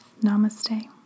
Namaste